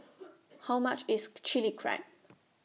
How much IS Chili Crab